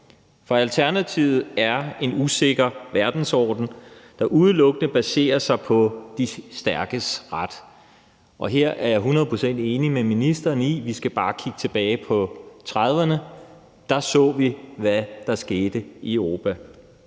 for alternativet er en usikker verdensorden, der udelukkende baserer sig på de stærkes ret. Her er jeg hundrede procent enig med ministeren i, at vi bare skal kigge tilbage på 1930'erne: Der så vi, hvad der skete i Europa.